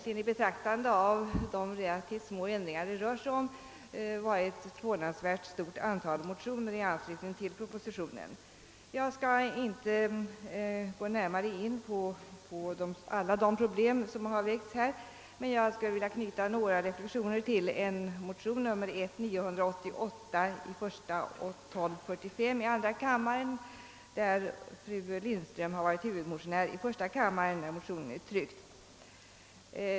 I betraktande av denna omständighet har det väckts ett förvånansvärt stort antal motioner i anslutning till propositionen. Jag skall inte gå närmare in på alla de problem som har berörts, men jag vill knyta några reflexioner till motionsparet I: 988 och 11: 1245. Fru Lindström har varit huvudmotionär i första kammaren, där motionen är tryckt.